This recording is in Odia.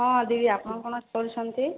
ହଁ ଦିଦି ଆପଣ କ'ଣ ଶୋଇଛନ୍ତି